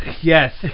Yes